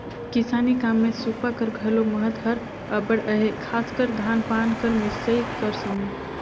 किसानी काम मे सूपा कर घलो महत हर अब्बड़ अहे, खासकर धान पान कर मिसई कर समे